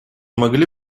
могли